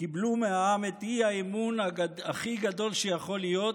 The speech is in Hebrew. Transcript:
קיבלו מהעם את האי-אמון הכי גדול שיכול להיות,